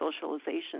socialization